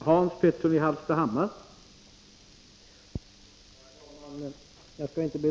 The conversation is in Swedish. Herr talman!